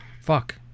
fuck